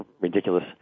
ridiculous